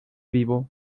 vivo